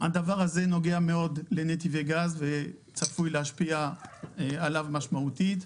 הדבר הזה נוגע מאוד לנתיבי גז וצפוי להשפיע עליו משמעותית.